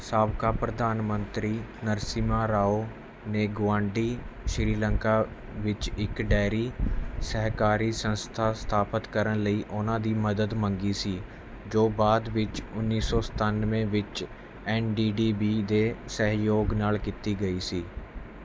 ਸਾਬਕਾ ਪ੍ਰਧਾਨ ਮੰਤਰੀ ਨਰਸਿਮਹਾ ਰਾਓ ਨੇ ਗੁਆਂਢੀ ਸ਼੍ਰੀਲੰਕਾ ਵਿੱਚ ਇੱਕ ਡੇਅਰੀ ਸਹਿਕਾਰੀ ਸੰਸਥਾ ਸਥਾਪਤ ਕਰਨ ਲਈ ਉਨ੍ਹਾਂ ਦੀ ਮਦਦ ਮੰਗੀ ਸੀ ਜੋ ਬਾਅਦ ਵਿੱਚ ਉੱਨੀ ਸੌ ਸਤਾਨਵੇਂ ਵਿੱਚ ਐੱਨ ਡੀ ਡੀ ਬੀ ਦੇ ਸਹਿਯੋਗ ਨਾਲ਼ ਕੀਤੀ ਗਈ ਸੀ